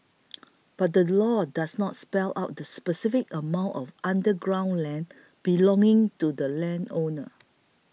but the law does not spell out the specific amount of underground land belonging to the landowner